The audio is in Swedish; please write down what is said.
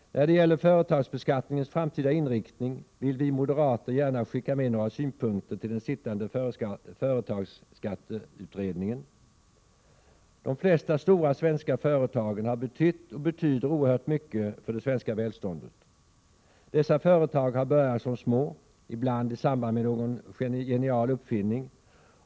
När det gäller företagsbeskattningens framtida inriktning vill vi moderater gärna skicka med några synpunkter till den sittande företagsskatteutredningen. De flesta stora svenska företagen har betytt och betyder oerhört mycket för det svenska välståndet. Dessa företag har börjat som små, ibland i samband med någon genial uppfinning.